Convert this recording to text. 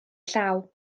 llaw